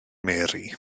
mary